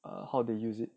err how they use it